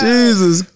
Jesus